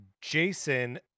Jason